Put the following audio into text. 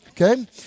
Okay